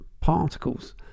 Particles